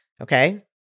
Okay